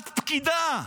את פקידה.